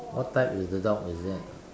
what type is the dog is it